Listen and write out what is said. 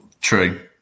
true